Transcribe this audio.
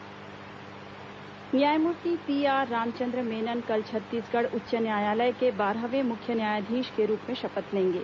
मुख्य न्यायाधीश शपथ न्यायमूर्ति पीआर रामचंद्र मेनन कल छत्तीसगढ़ उच्च न्यायालय के बारहवें मुख्य न्यायाधीश के रूप में शपथ लेंगे